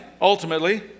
ultimately